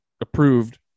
approved